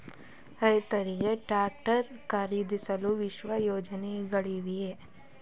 ರೈತರಿಗೆ ಟ್ರಾಕ್ಟರ್ ಖರೀದಿಸಲು ವಿಶೇಷ ಯೋಜನೆಗಳಿವೆಯೇ?